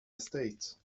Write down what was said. estate